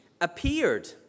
appeared